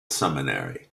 seminary